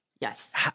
Yes